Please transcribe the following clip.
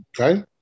Okay